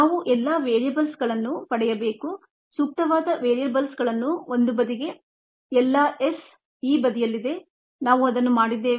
ನಾವು ಎಲ್ಲಾ ವೇರಿಯೇಬಲ್ಸ್ ಗಳನ್ನು ಪಡೆಯಬೇಕು ಸೂಕ್ತವಾದ ವೇರಿಯೇಬಲ್ಸ್ಗಳನ್ನು ಒಂದು ಬದಿಗೆ ಎಲ್ಲಾ s ಈ ಬದಿಯಲ್ಲಿದೆ ನಾವು ಅದನ್ನು ಮಾಡಿದ್ದೇವೆ